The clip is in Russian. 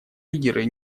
лидеры